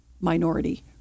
minority